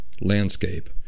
landscape